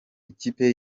ikipe